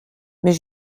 mais